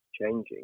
changing